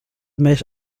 met